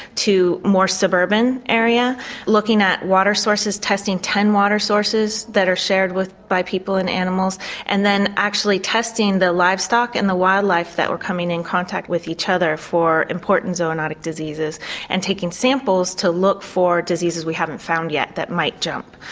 to a more suburban area looking at water sources, testing ten water sources that are shared by people and animals and then actually testing the livestock and the wildlife that were coming in contact with each other for important zoonotic diseases and taking samples to look for diseases we haven't found yet that might jump.